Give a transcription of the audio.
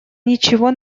ничего